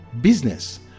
Business